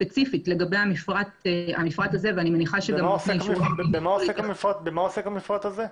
במה עוסק המפרט הזה?